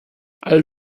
all